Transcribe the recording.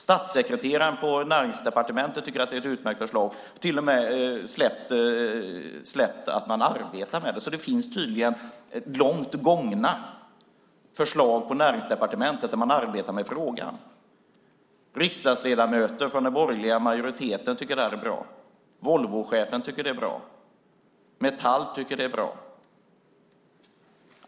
Statssekreteraren på Näringsdepartementet tycker att det är ett utmärkt förslag, till och med så att man arbetar med det. Det finns tydligen långt gångna förslag på Näringsdepartementet där man arbetar med frågan. Riksdagsledamöter från den borgerliga majoriteten tycker att det här är bra. Volvochefen tycker att det är bra. Metall tycker att det är bra.